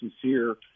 sincere